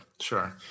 sure